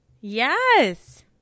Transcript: Yes